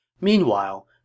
Meanwhile